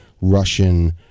Russian